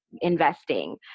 investing